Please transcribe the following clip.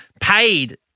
paid